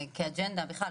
כאג'נדה בכלל,